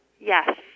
Yes